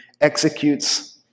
executes